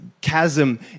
chasm